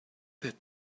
that